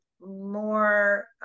more